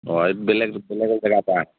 অঁ এই বেলেগ বেলেগ জেগাৰপৰা আহে